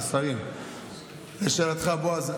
בועז,